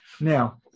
now